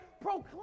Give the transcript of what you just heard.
proclaim